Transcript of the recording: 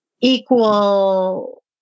equal